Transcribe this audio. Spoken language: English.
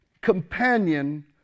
companion